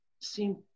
seem